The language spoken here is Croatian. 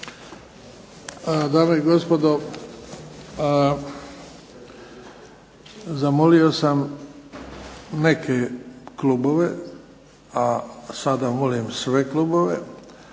Dame i gospodo zamolio sam neke klubove, a sada molim sve klubove,